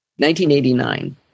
1989